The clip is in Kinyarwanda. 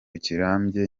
kirambye